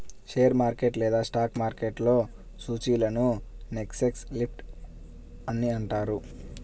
share market లేదా stock మార్కెట్లో సూచీలను సెన్సెక్స్, నిఫ్టీ అని అంటారు